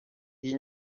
iyi